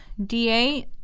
D8